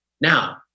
Now